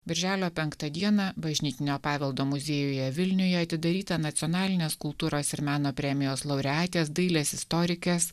birželio penktą dieną bažnytinio paveldo muziejuje vilniuje atidaryta nacionalinės kultūros ir meno premijos laureatės dailės istorikės